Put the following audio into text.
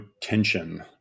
tension